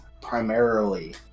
primarily